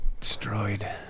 Destroyed